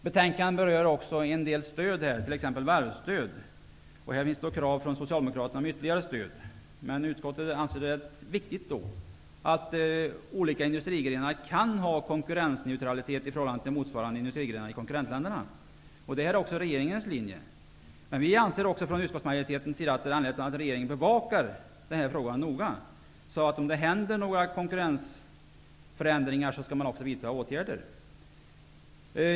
Betänkandet berör också en del olika stöd, t.ex. varvstöd. Här finns också krav från Utskottet anser det vara viktigt att olika industrigrenar kan ha konkurrensneutralitet i förhållande till motsvarande industrigrenar i konkurrentländerna. Detta är också regeringens linje. Men vi anser också från utskottsmajoritetens sida att det är angeläget att regeringen bevakar den här frågan noga. Om det blir förändringar i konkurrensen skall man vidta åtgärder.